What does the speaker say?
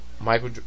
Michael